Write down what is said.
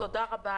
תודה רבה.